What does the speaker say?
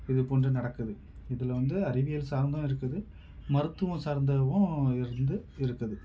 இது போன்று நடக்குது இத வந்து அறிவியல் சார்ந்தும் இருக்குது மருத்துவம் சார்ந்ததுவும் இருந்து இருக்குது